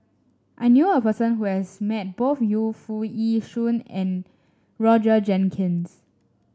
I knew a person who has met both Yu Foo Yee Shoon and Roger Jenkins